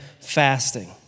fasting